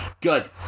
good